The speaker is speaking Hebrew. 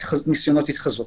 בניסיונות ההתחזות.